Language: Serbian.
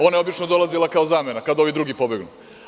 Ona je obično dolazila kao zamena kada ovi drugi pobegnu.